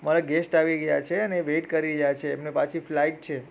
મારે ગેસ્ટ આવી ગયા છે અને એ વેટ કરી રહ્યા છે એમને પાછી ફ્લાઇટ છે